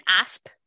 asp